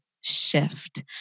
shift